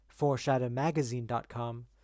foreshadowmagazine.com